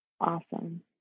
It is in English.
Awesome